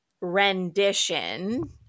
rendition